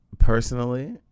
Personally